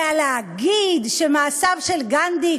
להגיד שמעשיו של גנדי,